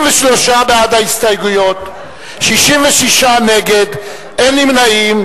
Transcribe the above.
43 בעד ההסתייגויות, 66 נגד, אין נמנעים.